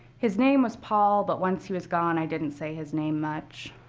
his name was paul, but once he was gone, i didn't say his name much.